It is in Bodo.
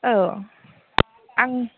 औ आं